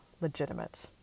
legitimate